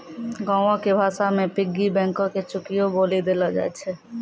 गांवो के भाषा मे पिग्गी बैंको के चुकियो बोलि देलो जाय छै